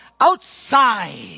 outside